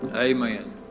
Amen